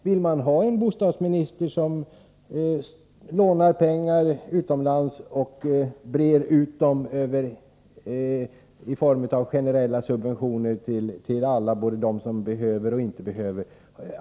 Vill man ha en bostadsminister som lånar pengar utomlands och brer ut dem i form av generella subventioner till alla, både till dem som behöver och till dem som inte behöver?